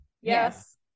Yes